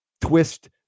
twist